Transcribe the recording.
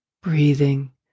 breathing